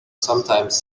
sometimes